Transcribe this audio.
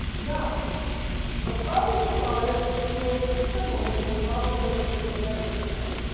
now the problem with sardis is ah similar to the problem that the church of ephesus had,